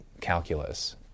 calculus